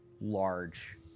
large